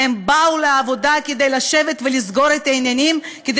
הם באו לעבודה כדי לשבת ולסגור את העניינים כדי